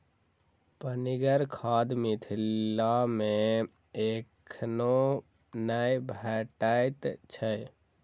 पनिगर खाद मिथिला मे एखनो नै भेटैत छै